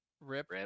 rip